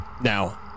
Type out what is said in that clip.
Now